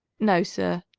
no, sir.